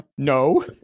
No